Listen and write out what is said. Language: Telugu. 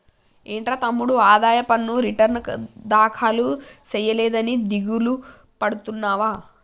ఏంట్రా తమ్ముడు ఆదాయ పన్ను రిటర్న్ దాఖలు సేయలేదని దిగులు సెందుతున్నావా